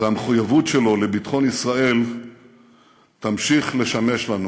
והמחויבות שלו לביטחון לישראל תמשיך לשמש לנו